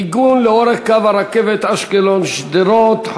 מיגון לאורך קו הרכבת אשקלון שדרות,